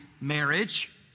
marriage